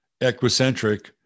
Equicentric